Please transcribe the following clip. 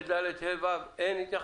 אין.